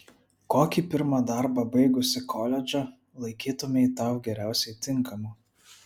kokį pirmą darbą baigusi koledžą laikytumei tau geriausiai tinkamu